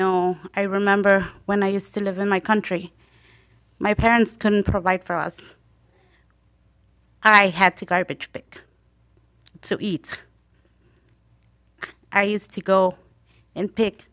know i remember when i used to live in my country my parents can provide for us i had to garbage pick to eat i used to go and pick